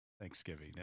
Thanksgiving